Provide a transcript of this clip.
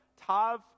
tav